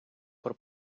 про